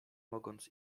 mogąc